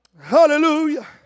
Hallelujah